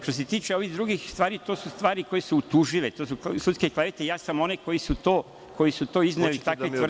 Što se tiče ovih drugih stvari, to su stvari koje su utužive, to su sudske klevete i ja sam one koji su takve tvrdnje izneli tužio…